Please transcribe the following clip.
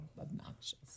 obnoxious